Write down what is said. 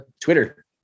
Twitter